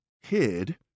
hid